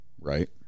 Right